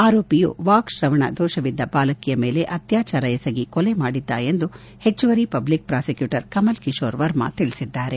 ಆರೋಪಿಯು ವಾಕ್ ಶ್ರವಣ ದೋಷವಿದ್ದ ಬಾಲಕಿಯ ಮೇಲೆ ಅತ್ಯಾಚಾರವೆಸಗಿ ಕೊಲೆ ಮಾಡಿದ್ದ ಎಂದು ಹೆಚ್ಚುವರಿ ಪಬ್ಲಿಕ್ ಪ್ರಾಸಿಕ್ಟೂಟರ್ ಕಿಶೋರ್ ವರ್ಮಾ ತಿಳಿಸಿದ್ದಾರೆ